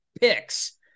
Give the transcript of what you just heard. picks